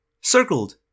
circled